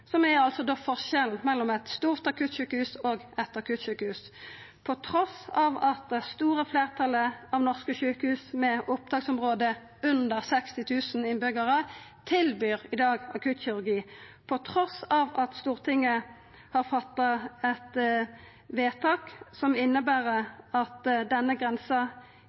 beredskap, som altså er forskjellen mellom eit stort akuttsjukehus og eit akuttsjukehus. Trass i at det store fleirtalet av norske sjukehus med opptaksområde på under 60 000 innbyggjarar i dag tilbyr akuttkirurgi, og trass i at Stortinget har fatta eit vedtak som inneber at denne